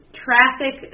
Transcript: traffic